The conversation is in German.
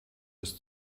ist